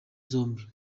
zombi